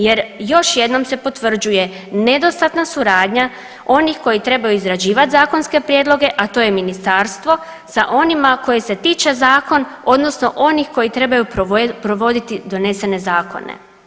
Jer još jednom se potvrđuje nedostatna suradnja onih koji trebaju izrađivati zakonske prijedloge, a to je ministarstvo sa onima koje se tiče zakon, odnosno onih koji trebaju provoditi donesene zakone.